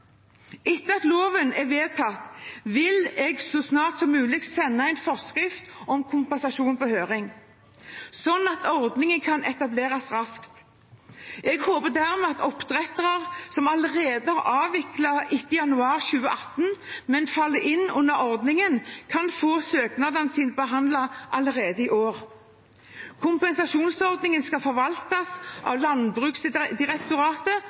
Etter at loven er vedtatt, vil jeg så snart som mulig sende en forskrift om kompensasjon på høring, slik at ordningen kan etableres raskt. Jeg håper dermed at oppdrettere som allerede har avviklet etter januar 2018, men faller inn under ordningen, kan få søknadene sine behandlet allerede i år. Kompensasjonsordningen skal forvaltes